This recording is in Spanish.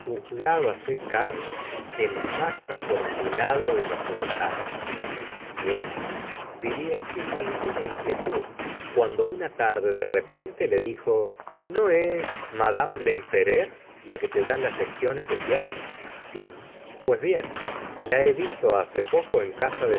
juzgábase carlos el más afortunado de los mortales y emma vivía sin ning una inquietud cuando una tarde de repente le dijo no es mad lempereur la que te da lecciones de piano si pues bien la he visto hace poco en casa